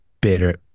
better